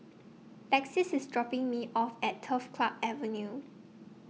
Lexis IS dropping Me off At Turf Club Avenue